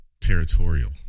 Territorial